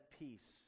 peace